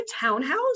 townhouse